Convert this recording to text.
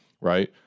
right